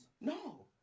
No